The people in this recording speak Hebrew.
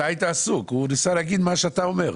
הוא ניסה להגיד מה אתה אומר.